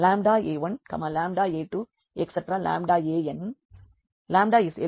a1a2ana1a2an R